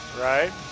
Right